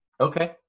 okay